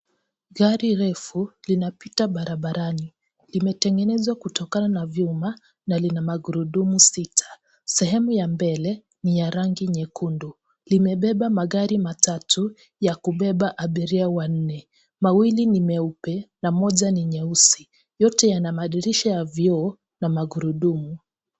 Gari refu linapita barabarani , limetengenezwa kutokana na vyuma na lina magurudumu sita, sehemu ya mbele ni ya rangi nyekundu limebeba magari matatu ya kubeba abiria wanne, mawili NI meupe na moja ni nyeusi. yote yana madirisha ya vioo na magurudumu.